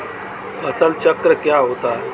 फसल चक्र क्या होता है?